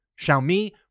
Xiaomi